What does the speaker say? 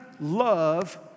love